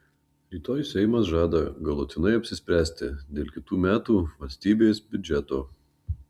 rytoj seimas žada galutinai apsispręsti dėl kitų metų valstybės biudžeto